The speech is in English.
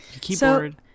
keyboard